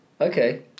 Okay